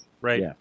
Right